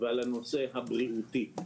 ועל הנושא הבריאותי.